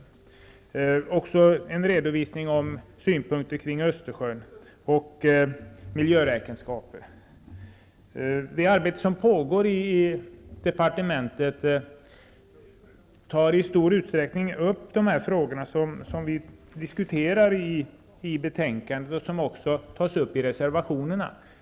Det finns också en redovisning av synpunkter kring Östersjön och miljöräkenskaper. Det arbete som pågår i departementet tar i stor utsträckning upp de frågor som vi diskuterar i betänkandet och som också behandlas i reservationerna.